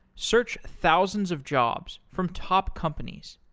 search thousands of jobs from top companies.